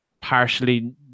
partially